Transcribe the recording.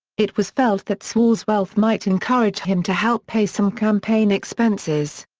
it was felt that sewall's wealth might encourage him to help pay some campaign expenses.